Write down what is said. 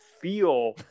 feel